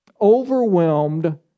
overwhelmed